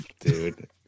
dude